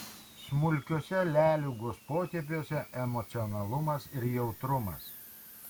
smulkiuose leliugos potėpiuose emocionalumas ir jautrumas